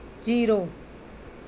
zero